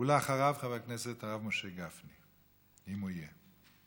ואחריו, חבר הכנסת הרב משה גפני, אם הוא יהיה.